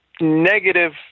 negative